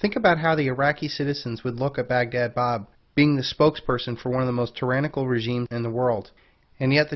think about how the iraqi citizens would look at baghdad bob being the spokesperson for one of the most tyrannical regimes in the world and yet the